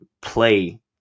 play